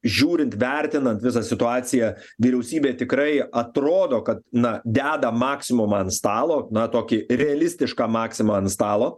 žiūrint vertinant visą situaciją vyriausybė tikrai atrodo kad na deda maksimumą ant stalo na tokį realistišką maksimą ant stalo